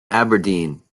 aberdeen